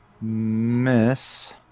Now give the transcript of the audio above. miss